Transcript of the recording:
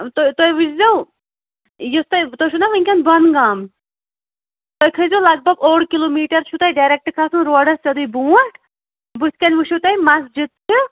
تہٕ تُہۍ وُچھ زیٚو یُس تۅہہِ تُہۍ چھُو نا وُنکیٚن بۄن گام تُہۍ کٔھسۍ زیٚو لگ بگ اوٚڈ کِلو میٖٹر چھُ تۄہہِ ڈَریٚکٹ کَژھُن روڈس سیٚودُے برٛونٛٹھ بُتھِ کٔنہِ وُچھِو تُہۍ مَسجِد تہٕ